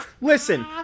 Listen